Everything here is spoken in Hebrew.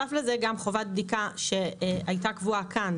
בנוסף לזה גם חובת בדיקה שהיתה קבועה כאן,